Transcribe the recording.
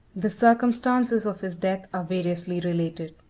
the circumstances of his death are variously related.